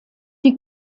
die